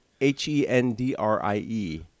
H-E-N-D-R-I-E